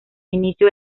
inicio